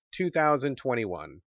2021